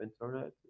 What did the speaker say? internet